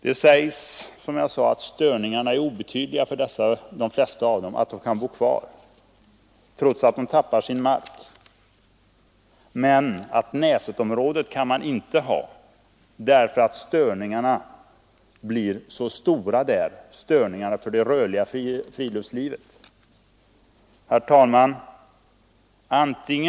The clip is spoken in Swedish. Man har sagt att störningarna är obetydliga och att de flesta av dessa människor kan bo kvar, trots att de mister sin mark, men Näsetområdet kan inte utnyttjas ty där blir störningarna för det rörliga friluftslivet alltför stora.